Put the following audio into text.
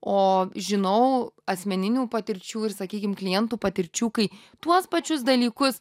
o žinau asmeninių patirčių ir sakykim klientų patirčių kai tuos pačius dalykus